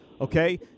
okay